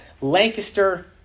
Lancaster